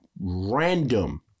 random